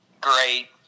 great